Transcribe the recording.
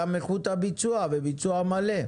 גם איכות הביצוע וביצוע מלא.